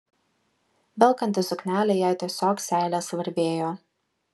velkantis suknelę jai tiesiog seilės varvėjo